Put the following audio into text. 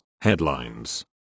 Headlines